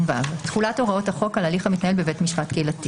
220ו.תחולת הוראות החוק על הליך המתנהל בבית משפט קהילתי